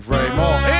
Raymond